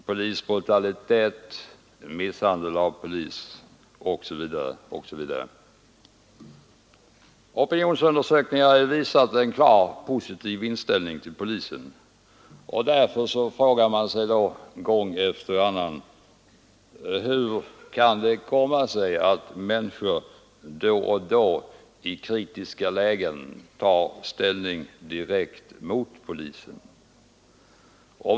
Polisbrutalitet. Misshandel av polis. Opinionsundersökningar har visat en klart positiv inställning till polisen, och därför frågar man sig gång efter annan: Hur kan det komma sig att människor då och då i kritiska lägen tar ställning direkt mot polisen?